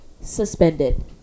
suspended